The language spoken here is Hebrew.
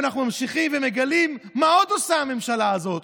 ואנחנו ממשיכים ומגלים מה עוד עושה הממשלה הזאת,